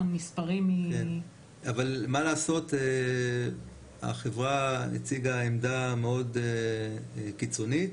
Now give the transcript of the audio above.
אבל מה לעשות, החברה הציגה עמדה מאוד קיצונית.